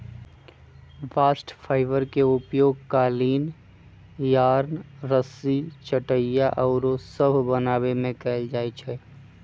bast fibre के उपयोग कालीन, यार्न, रस्सी, चटाइया आउरो सभ बनाबे में कएल जाइ छइ